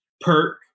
Perk